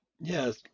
Yes